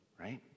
right